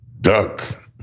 duck